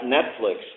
Netflix